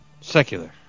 Secular